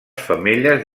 femelles